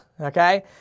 Okay